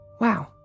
Wow